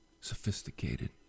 Sophisticated